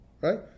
Right